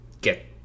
get